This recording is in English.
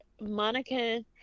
Monica